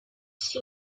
毒性